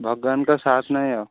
ଭଗବାନଙ୍କ ସାଥ୍ ନାଇ ଆଉ